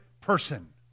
person